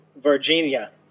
Virginia